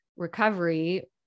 recovery